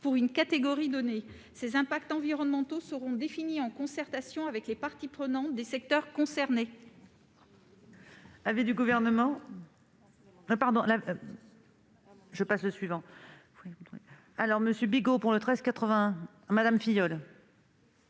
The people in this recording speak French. pour une catégorie donnée. Ces impacts environnementaux seront définis en concertation avec les parties prenantes des secteurs concernés.